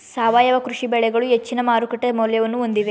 ಸಾವಯವ ಕೃಷಿ ಬೆಳೆಗಳು ಹೆಚ್ಚಿನ ಮಾರುಕಟ್ಟೆ ಮೌಲ್ಯವನ್ನು ಹೊಂದಿವೆ